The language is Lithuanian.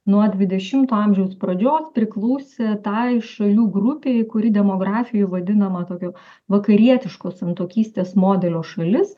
nuo dvidešimto amžiaus pradžios priklausė tai šalių grupei kuri demografijoj vadinama tokia vakarietiško santuokystės modelio šalis